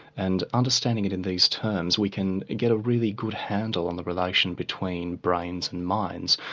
and understanding it in these terms, we can get a really good handle on the relation between brains and minds.